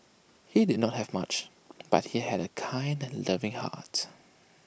he did not have much but he had A kind and loving heart